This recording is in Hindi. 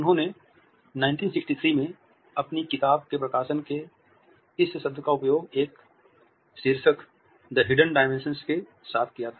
उन्होंने 1963 में अपनी किताब के प्रकाशन में इस शब्द का उपयोग एक शीर्षक "द हिडन डायमेंशन" के साथ किया था